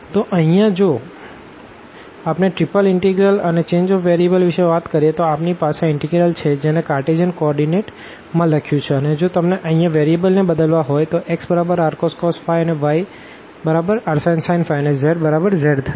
તો અહિયાં જો આપણે ત્રિપલ ઇનટેગ્રલ અને ચેન્જ ઓફ વેરીએબલ વિષે વાત કરીએ તો આપણી પાસે આ ઇનટેગ્રલ છે જેને કારટેઝિયન કો ઓર્ડીનેટ માં લખ્યું છે અને જો તમને અહિયાં વેરિયેબલ ને બદલવા હોઈ તો xrcos અનેyrsin અને z બરાબર z થશે